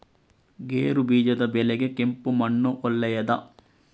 ಗೇರುಬೀಜದ ಬೆಳೆಗೆ ಕೆಂಪು ಮಣ್ಣು ಒಳ್ಳೆಯದಾ?